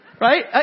Right